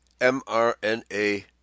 mRNA